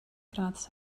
gradd